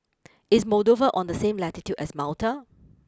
is Moldova on the same latitude as Malta